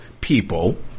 people